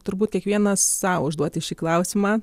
turbūt kiekvienas sau užduoti šį klausimą